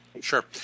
Sure